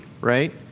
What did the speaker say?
right